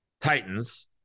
titans